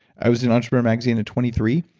i was in entrepreneur magazine at twenty three,